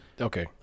Okay